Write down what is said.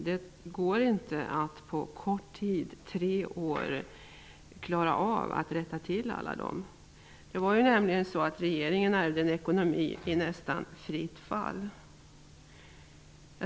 Det går inte att på så kort tid som tre år klara av att rätta till alla felaktigheter. Den nuvarande regeringen ärvde en ekonomi i nästan fritt fall.